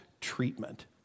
treatment